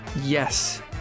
Yes